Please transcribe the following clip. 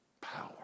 power